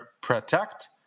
protect